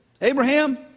Abraham